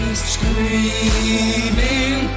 screaming